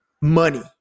money